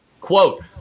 Quote